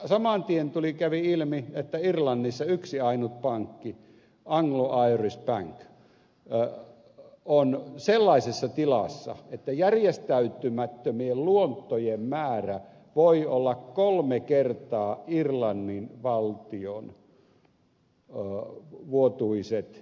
saman tien kävi ilmi että irlannissa yksi ainut pankki anglo irish bank on sellaisessa tilassa että järjestäytymättömien luottojen määrä voi olla kolme kertaa irlannin valtion vuotuiset verotulot